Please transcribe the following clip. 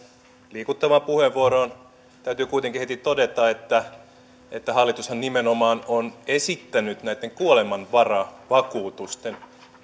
liikuttavaan puheenvuoroon täytyy kuitenkin heti todeta että että hallitushan nimenomaan on esittänyt kuolemanvaravakuutusten